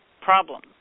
problem